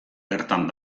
bertan